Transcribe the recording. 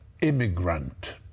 immigrant